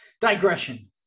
digression